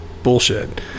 bullshit